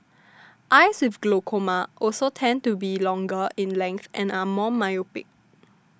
eyes with glaucoma also tended to be longer in length and are more myopic